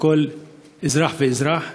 כלפי כל אזרח ואזרח.